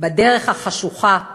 בדרך החשוכה